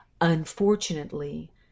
Unfortunately